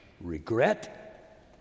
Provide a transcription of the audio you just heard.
regret